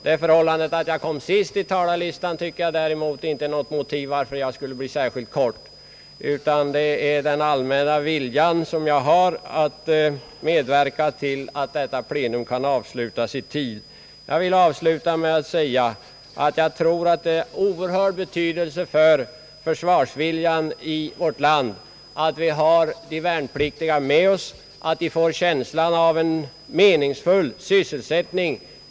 Det förhållandet att jag kom sist på talarlistan tycker jag däremot inte är något motiv för att jag skulle fatta mig kort. Jag har en allmän vilja att medverka till att detta plenum kan avslutas i tid. Jag tror att det är av oerhörd betydelse för försvarsviljan i vårt land att vi har de värnpliktiga med oss, att de får känslan av meningsfylld sysselsättning.